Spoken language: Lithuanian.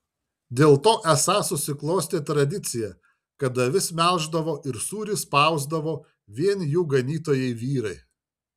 dėl to esą susiklostė tradicija kad avis melždavo ir sūrį spausdavo vien jų ganytojai vyrai